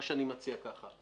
מה שאני מציע זה ככה: